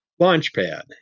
Launchpad